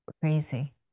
Crazy